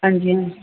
ਹਾਂਜੀ ਹਾਂਜੀ